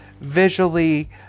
visually